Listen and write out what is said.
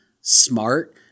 smart